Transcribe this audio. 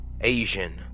Asian